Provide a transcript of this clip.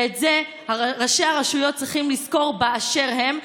ואת זה ראשי הרשויות צריכים לזכור באשר הם,